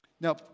Now